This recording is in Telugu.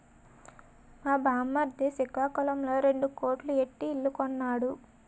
మా బామ్మర్ది సికాకులంలో రెండు కోట్లు ఎట్టి ఇల్లు కొన్నాడు